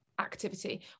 activity